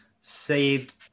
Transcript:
saved